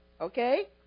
Okay